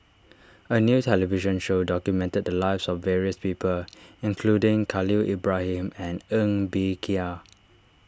a new television show documented the lives of various people including Khalil Ibrahim and Ng Bee Kia